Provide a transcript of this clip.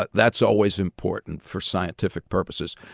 but that's always important for scientific purposes.